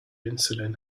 insulin